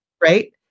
right